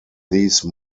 these